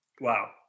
Wow